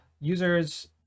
Users